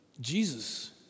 Jesus